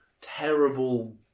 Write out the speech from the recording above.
terrible